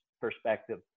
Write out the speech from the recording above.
perspective